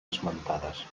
esmentades